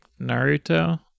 Naruto